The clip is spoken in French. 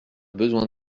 besoin